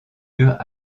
eurent